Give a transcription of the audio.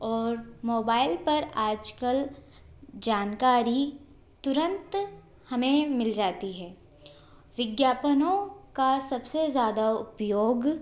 और मोबाइल पर आज कल जानकारी तुरंत हमें मिल जाती है विज्ञापनों का सब से ज़्यादा उपयोग